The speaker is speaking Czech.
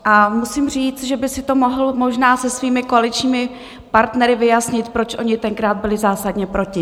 A musím říct, že by si to mohl možná se svými koaličními partnery vyjasnit, proč oni tenkrát byli zásadně proti.